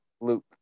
Luke